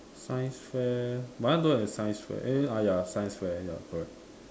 science fair my one don't have science Square eh ya ya science fair ya correct